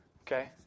Okay